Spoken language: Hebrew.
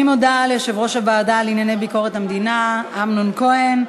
אני מודה ליושב-ראש הוועדה לענייני ביקורת המדינה אמנון כהן.